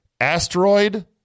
Asteroid